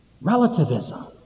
Relativism